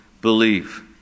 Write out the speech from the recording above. believe